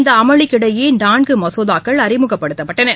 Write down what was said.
இந்த அமளிக்கிடையே நான்கு மசோதாக்கள் அறிமுகப்படுத்தப்பட்டன